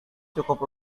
cukup